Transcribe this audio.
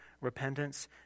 repentance